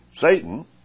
Satan